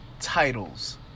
titles